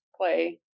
play